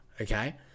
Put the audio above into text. okay